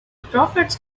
profits